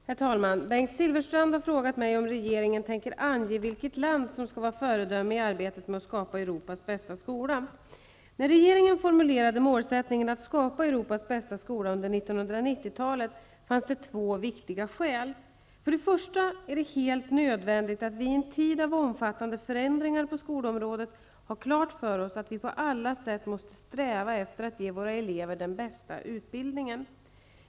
Herr talman! Bengt Silfverstrand har frågat mig om regeringen tänker ange vilket land som skall vara föredöme i arbetet med att skapa Europas bästa skola. När regeringen formulerade målsättningen att skapa Europas bästa skola under 1990-talet, fanns det två viktiga skäl. För det första är det helt nödvändigt att vi, i en tid av omfattande förändringar på skolområdet, har klart för oss att vi på alla sätt måste sträva efter att ge våra elever den bästa utbildningen.